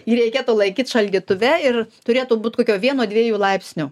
jį reikėtų laikyt šaldytuve ir turėtų būt kokio vieno dviejų laipsnių